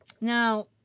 Now